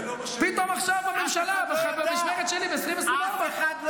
הם לא משלמים, אף אחד לא יודע.